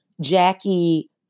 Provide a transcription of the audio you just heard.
Jackie